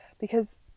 Because-